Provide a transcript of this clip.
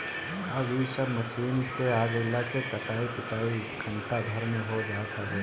अब इ सब मशीन के आगइला से कटाई पिटाई घंटा भर में हो जात हवे